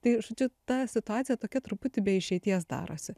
tai žodžiu ta situacija tokia truputį be išeities darosi